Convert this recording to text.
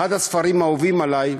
אחד הספרים האהובים עלי,